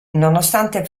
nonostante